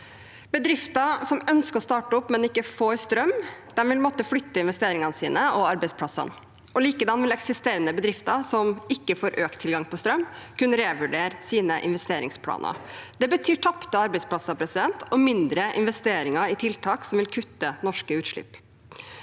Bedrifter som ønsker å starte opp, men ikke får strøm, vil måtte flytte investeringene sine og arbeidsplassene. Likedan må eksisterende bedrifter som ikke får økt tilgang på strøm, revurdere sine investeringsplaner. Det betyr tapte arbeidsplasser og mindre investeringer i tiltak som vil kutte norske utslipp.